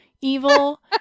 evil